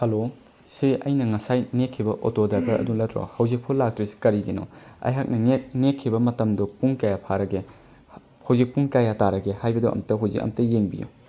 hello ꯁꯤ ꯑꯩꯅ ꯉꯁꯥꯏ ꯅꯦꯛꯈꯤꯕ ꯑꯣꯇꯣ ꯗ꯭ꯔꯥꯏꯕꯔ ꯑꯗꯨ ꯅꯠꯇ꯭ꯔꯣ ꯍꯧꯖꯤꯛꯐꯥꯎ ꯂꯥꯛꯇ꯭ꯔꯤꯁꯤ ꯀꯔꯤꯒꯤꯅꯣ ꯑꯩꯍꯥꯛꯅ ꯅꯦꯛꯈꯤꯕ ꯃꯇꯝꯗꯣ ꯄꯨꯡ ꯀꯌꯥ ꯐꯥꯔꯒꯦ ꯍꯧꯖꯤꯛ ꯄꯨꯡ ꯀꯌꯥ ꯇꯥꯔꯒꯦ ꯍꯥꯏꯕꯗꯣ ꯑꯝꯇ ꯍꯧꯖꯤꯛ ꯑꯝꯇ ꯌꯦꯡꯕꯤꯌꯨ